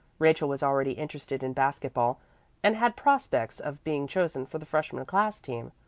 rachel was already interested in basket-ball and had prospects of being chosen for the freshman class team.